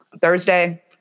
Thursday